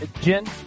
Jen